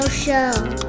show